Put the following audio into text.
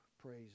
praise